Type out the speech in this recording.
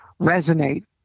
resonate